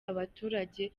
abaturage